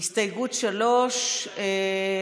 הסתייגות 3 הוסרה.